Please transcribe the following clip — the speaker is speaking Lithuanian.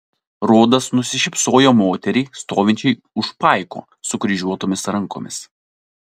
rodas nusišypsojo moteriai stovinčiai už paiko sukryžiuotomis rankomis